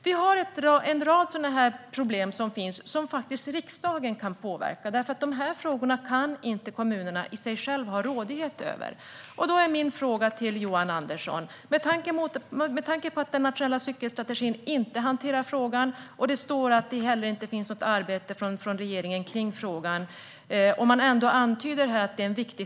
Vi har en rad sådana här problem som riksdagen faktiskt kan påverka, för de här frågorna kan kommunerna själva inte ha rådighet över. Då är min fråga till Johan Andersson: Vad är nästa steg, med tanke på att den nationella cykelstrategin inte hanterar frågan och det står att det inte heller finns något arbete från regeringen rörande frågan, som man ändå här antyder är viktig?